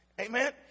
Amen